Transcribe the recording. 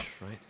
right